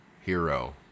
hero